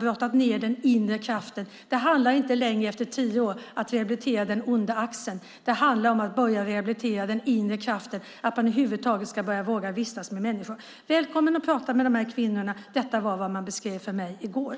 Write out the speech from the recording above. brottade ned den inre kraften. Det handlar inte längre, efter tio år, om att rehabilitera den onda axeln. Det handlar om att börja rehabilitera den inre kraften, att över huvud taget börja våga att vistas tillsammans med andra människor. Välkommen att prata med de här kvinnorna! Detta var vad de beskrev för mig i går.